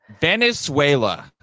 Venezuela